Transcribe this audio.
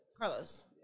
Carlos